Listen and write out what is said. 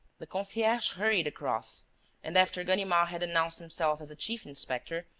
the concierge hurried across and, after ganimard had announced himself as a chief-inspector,